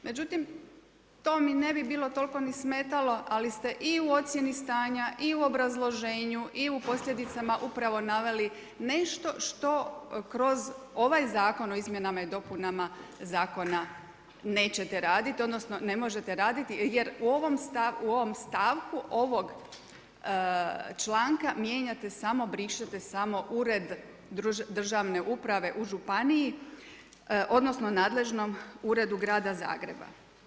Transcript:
Međutim, to mi ne bi bilo toliko ni smetalo, ali ste i u ocjeni stanja i u obrazloženju i u posljedicama upravo naveli nešto što kroz ovaj Zakon o izmjenama i dopunama Zakona nećete raditi, odnosno ne možete raditi jer u ovom stavku ovog članka mijenjate samo, brišete samo Ured državne uprave u županiji, odnosno nadležnom uredu grada Zagreba.